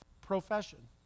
profession